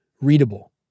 readable